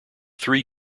three